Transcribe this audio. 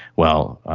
well,